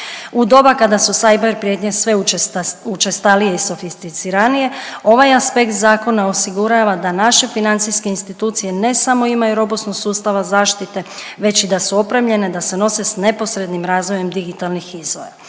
U doba kada su cyber prijetnje sve učestalije i sofisticiranije, ovaj aspekt zakona osigurava da naše financijske institucije ne samo imaju robusnost sustava zaštite, već i da su opremljene, da se nose s neposrednim razvojem digitalnih izazova.